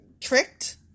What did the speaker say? tricked